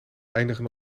eindigen